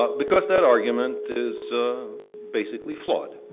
but because that argument is basically flawed.